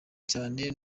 cyane